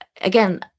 again